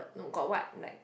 no got what like